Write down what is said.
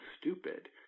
stupid